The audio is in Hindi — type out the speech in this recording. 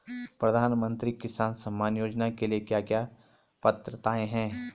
प्रधानमंत्री किसान सम्मान योजना के लिए क्या क्या पात्रताऐं हैं?